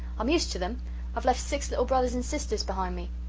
i'm used to them i've left six little brothers and sisters behind me.